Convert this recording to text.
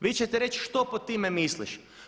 Vi ćete reći što pod time misliš?